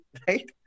right